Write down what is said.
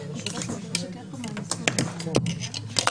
דיברנו הרבה על הסוגיה הזאת.